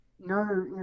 no